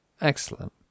excellent